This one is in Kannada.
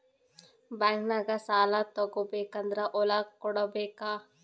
ಬ್ಯಾಂಕ್ನಾಗ ಸಾಲ ತಗೋ ಬೇಕಾದ್ರ್ ಹೊಲ ಕೊಡಬೇಕಾ?